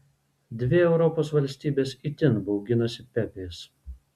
dvi europos valstybės itin bauginosi pepės